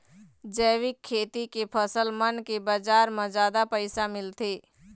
जैविक खेती के फसल मन के बाजार म जादा पैसा मिलथे